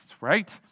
right